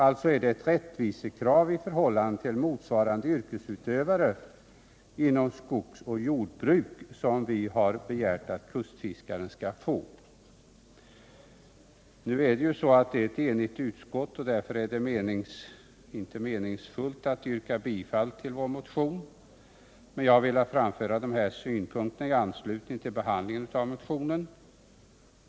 Alltså är det ett rättvisekrav i förhållande till motsvarande yrkesutövare inom skogsoch jordbruk att kustfiskarna får individuell restitution, som vi begärt. Eftersom utskottet är enigt är det inte meningsfullt att yrka bifall till vår motion. Jag har ändå velat framföra dessa synpunkter i anslutning till behandlingen av motionen.